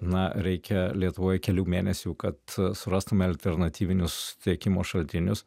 na reikia lietuvoj kelių mėnesių kad surastume alternatyvinius tiekimo šaltinius